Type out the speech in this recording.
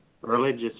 religious